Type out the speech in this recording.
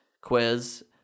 quiz